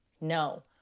No